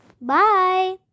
bye